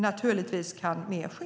Naturligtvis kan dock mer ske.